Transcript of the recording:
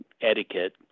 etiquette